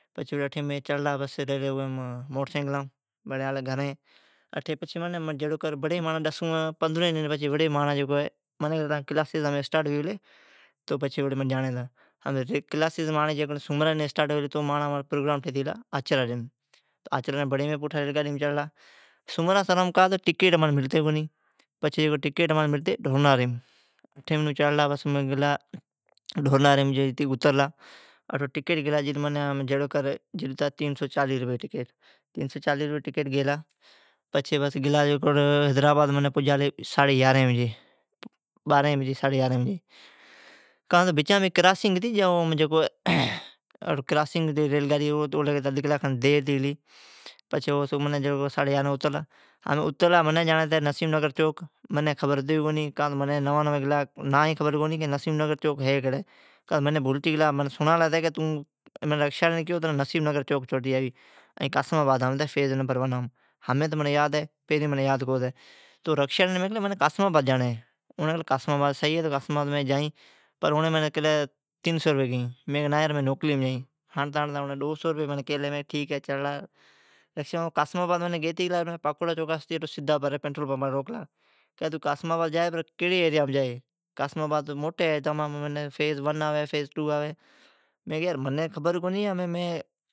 پچھی مین چڑلا موٹرسائیکلام آلا گھرین۔ ڈسوین پندھروین ڈن بڑی منین کیلی ٹان جی کلاس اسٹارٹ ھتی گلی ھی ائین تون آتا۔ تو جیکڈھن مانجی کلاس سومرا جی اٹارٹ ھوی پلی تو مانجا پروگرام ٹھیلا آچرا جی ڈن۔ اٹھی سومرا سرام ٹکیٹ ملتا کونی تو مین ٹکیٹ گیلا ڈھورنارین ائین جڈ ٹکیٹ ھتا ساڈھی تین سو روپئی جا ٹکیٹ گیلا ائین منین پجالا ساڈھی یارھن بجی حیدرآباد۔ بچما ھتی کراسینگ او سون کرتی دیر ھتی گلی۔ ھمین منین جاڑین نسیم نگر چوک ھمین منین خبر کونی نسیم نگر ہے کٹھی ائین منین کیلی ھتی رکشاڑین کیو تنین چھوڑتی آوی مین نوان ھتا منین خبر کونی ھتی۔ رکشاڑین مین کیلی مین قاسما آباد جائین رکشاڑی کیلی ٹھیک ہے مین جائین۔ اوڑین منین کیلی مین تین سئو روپئی گیئین مین کیلی نہ یار مین نوکلیم جائین ایون کرتان ڈو سئو روپئی مین اون ڈیلی۔ منین اوڑین کیلی قاسما آبادا جی کیسی ایرییم جائی فیز ون ہئ، ٹو ہے، تھری ہے، فور ہے۔ مین کیلی یار منین خبر کونی ہے۔